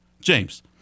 James